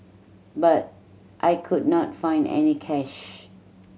but I could not find any cash